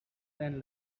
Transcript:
than